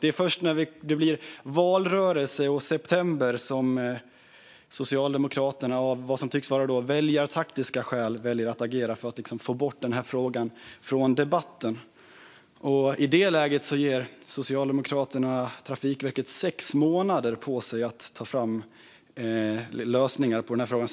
Det är först i valrörelsen i september som Socialdemokraterna av vad som tycks vara väljartaktiska skäl väljer att agera för att få bort frågan från debatten. I det läget gav Socialdemokraterna Trafikverket sex månader att ta fram lösningar på den här frågan.